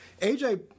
AJ